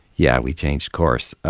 yeah, we changed course.